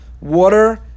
water